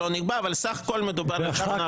עוד לא נקבע, אבל בסך הכול מדובר בשמונה.